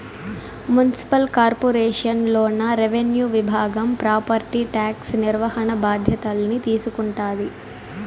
municipal corporation లోన revenue విభాగం property tax నిర్వహణ బాధ్యతల్ని తీసుకుంటాది